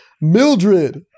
Mildred